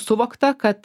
suvokta kad